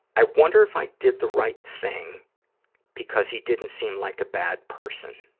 i wonder if i did the right thing because he didn't seem like a bad person.